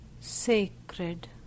sacred